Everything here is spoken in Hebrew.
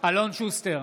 אלון שוסטר,